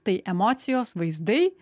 tai emocijos vaizdai